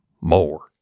more